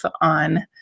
on